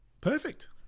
Perfect